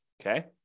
Okay